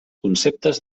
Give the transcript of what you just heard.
conceptes